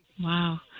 Wow